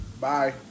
bye